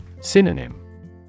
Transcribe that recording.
Synonym